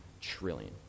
trillion